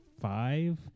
five